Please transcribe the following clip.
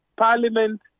Parliament